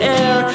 air